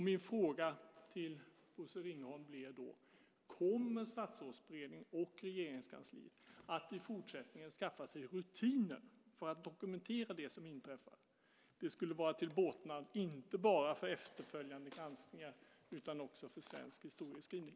Min fråga till Bosse Ringholm är: Kommer Statsrådsberedningen och Regeringskansliet att i fortsättningen skaffa sig rutiner för att dokumentera det som inträffar? Det skulle vara till båtnad inte bara för efterföljande granskningar utan också för svensk historieskrivning.